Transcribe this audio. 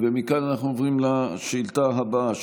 מכאן אנחנו עוברים לשאילתה הבאה,